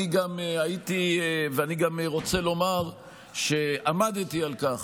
אני גם רוצה לומר שעמדתי על כך